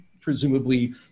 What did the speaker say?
presumably